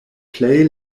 plej